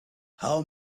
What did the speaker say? how